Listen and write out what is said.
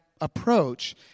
approach